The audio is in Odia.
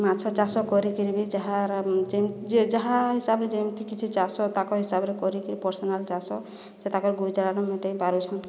ମାଛ ଚାଷ କରିକିରି ବି ଯାହାର ଯେନ୍ ଯେ ଯାହା ହିସାବେ ଯେମ୍ତି କିଛି ଚାଷ ତାକର୍ ହିସାବରେ କରିକି ପର୍ଶନାଲ୍ ଚାଷ ସେ ତାକର୍ ଗୁଜୁରାଣ ମେଣ୍ଟେଇ ପାରୁଛନ୍